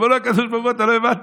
אומר לו הקדוש ברוך הוא: אתה לא הבנת.